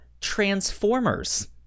Transformers